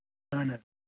اَہن حظ